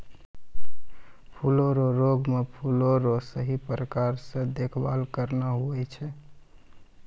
फूलो रो रोग मे फूलो रो सही प्रकार से देखभाल करना हुवै छै